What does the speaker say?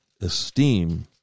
esteem